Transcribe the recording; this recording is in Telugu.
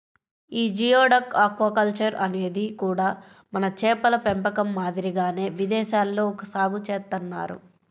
యీ జియోడక్ ఆక్వాకల్చర్ అనేది కూడా మన చేపల పెంపకం మాదిరిగానే విదేశాల్లో సాగు చేత్తన్నారు